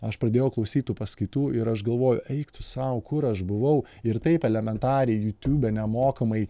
aš pradėjau klausyt tų paskaitų ir aš galvoju eik tu sau kur aš buvau ir taip elementariai jutiube nemokamai